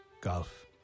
golf